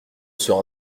sur